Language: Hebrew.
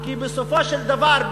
כי בסופו של דבר,